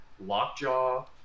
lockjaw